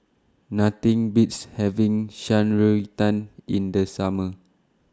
Nothing Beats having Shan Rui Tang in The Summer